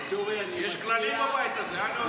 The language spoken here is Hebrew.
יש כללים בבית הזה, הלו.